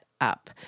up